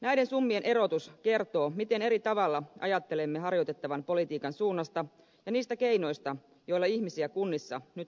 näiden summien erotus kertoo miten eri tavalla ajattelemme harjoitettavan politiikan suunnasta ja niistä keinoista joilla ihmisiä kunnissa nyt tulisi auttaa